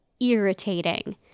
irritating